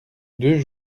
deux